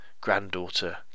granddaughter